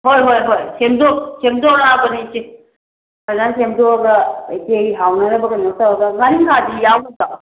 ꯍꯣꯏ ꯍꯣꯏ ꯍꯣꯏ ꯁꯦꯝꯗꯣꯛ ꯁꯦꯝꯗꯣꯔꯛꯑꯕꯅꯦ ꯏꯆꯦ ꯐꯖꯅ ꯁꯦꯝꯗꯣꯛꯑꯒ ꯏꯆꯦꯒꯤ ꯍꯥꯎꯅꯅꯕ ꯀꯩꯅꯣ ꯇꯧꯔꯒ ꯉꯥꯔꯤꯟꯈꯥꯗꯤ ꯌꯥꯎꯒꯗ꯭ꯔꯣ